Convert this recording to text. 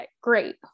Great